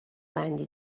بندی